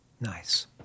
Nice